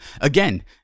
Again